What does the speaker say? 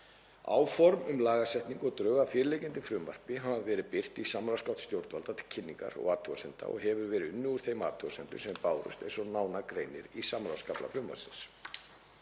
Áform um lagasetningu og drög að fyrirliggjandi frumvarpi hafa verið birt í samráðsgátt stjórnvalda til kynningar og athugasemda og hefur verið unnið úr þeim athugasemdum sem bárust eins og nánar greinir í samráðskafla frumvarpsins.